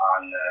on